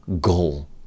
goal